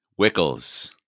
wickles